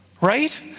Right